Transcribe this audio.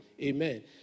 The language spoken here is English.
Amen